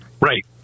Right